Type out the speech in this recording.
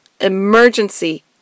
emergency